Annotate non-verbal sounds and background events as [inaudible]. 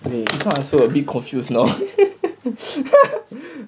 wait I also a bit confused now [laughs]